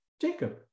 Jacob